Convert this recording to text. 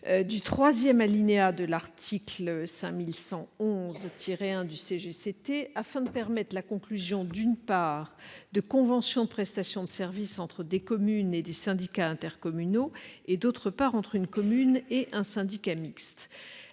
du troisième alinéa de l'article L. 5111-1 du CGCT, afin de permettre la conclusion de conventions de prestations de services entre, d'une part, des communes et des syndicats intercommunaux, et, d'autre part, une commune et un syndicat mixte.